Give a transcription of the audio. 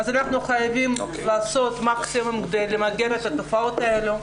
אז אנחנו חייבים לעשות מקסימום כדי למגר את התופעות האלה,